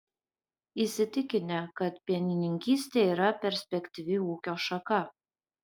įsitikinę kad pienininkystė yra perspektyvi ūkio šaka